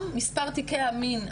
גם מספר תיקי המין,